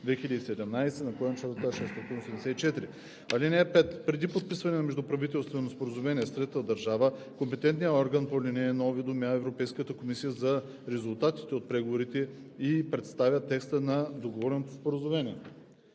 2017/684. (5) Преди подписване на междуправителствено споразумение с трета държава компетентният орган по ал. 1 уведомява Европейската комисия за резултатите от преговорите и представя текста на договореното споразумение.